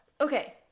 Okay